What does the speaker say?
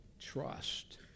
trust